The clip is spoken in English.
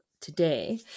today